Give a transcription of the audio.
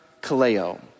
Kaleo